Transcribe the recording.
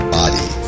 body